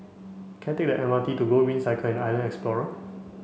can I take the M R T to Gogreen Cycle and Island Explorer